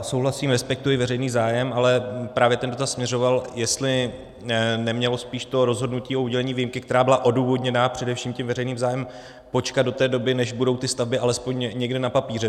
Souhlasím, respektuji veřejný zájem, ale právě ten dotaz směřoval, jestli nemělo spíš to rozhodnutí o udělení výjimky, která byla odůvodněna především tím veřejným zájmem, počkat do té doby, než budou ty stavby alespoň někde na papíře.